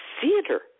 Theater